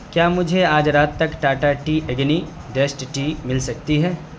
کیا مجھے آج رات تک Tata tea Agni dust tea مل سکتی ہے